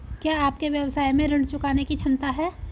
क्या आपके व्यवसाय में ऋण चुकाने की क्षमता है?